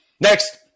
Next